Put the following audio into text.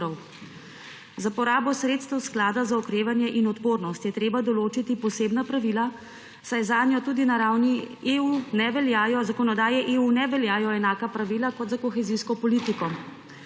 Za porabo sredstev Sklada za okrevanje in odpornost je treba določiti posebna pravila, saj zanje tudi na ravni zakonodaje EU ne veljajo enaka pravila kot za kohezijsko politiko.